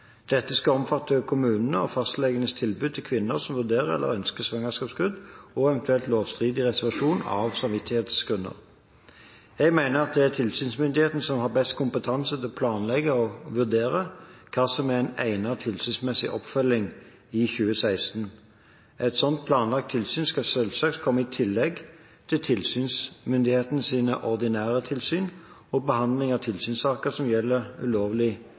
Dette skal omfatte kommunenes og fastlegenes tilbud til kvinner som vurderer eller ønsker svangerskapsavbrudd, og eventuelt lovstridig reservasjon av samvittighetsgrunner. Jeg mener at det er tilsynsmyndighetene som har best kompetanse til å planlegge og vurdere hva som er en egnet tilsynsmessig oppfølging i 2016. Et slikt planlagt tilsyn skal selvsagt komme i tillegg til tilsynsmyndighetenes ordinære tilsyn og behandling av tilsynssaker som gjelder ulovlig